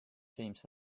james